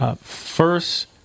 First